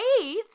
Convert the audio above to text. Eight